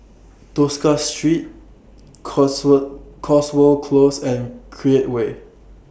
Tosca Street cots World Cotswold Close and Create Way